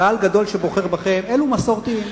קהל גדול שבוחר בכם אלו מסורתיים,